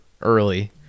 early